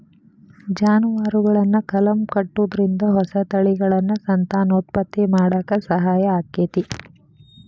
ಜಾನುವಾರುಗಳನ್ನ ಕಲಂ ಕಟ್ಟುದ್ರಿಂದ ಹೊಸ ತಳಿಗಳನ್ನ ಸಂತಾನೋತ್ಪತ್ತಿ ಮಾಡಾಕ ಸಹಾಯ ಆಕ್ಕೆತಿ